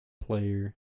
player